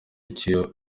icyo